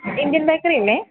Indian bakery അല്ലേ